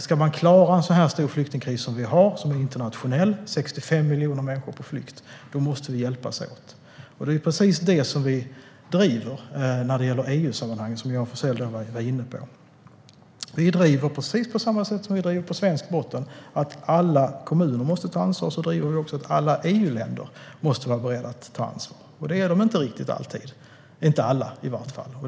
Ska vi klara en så stor internationell flyktingkris som vi har - det är 65 miljoner människor på flykt - måste vi hjälpas åt. Det är precis det som vi driver i EU-sammanhang, som Johan Forssell var inne på. I Sverige driver vi att alla kommuner måste ta ansvar. Vi driver också att alla EU-länder måste vara beredda att ta ansvar. Det är de inte riktigt alltid, i alla fall inte alla.